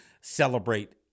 celebrate